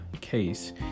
case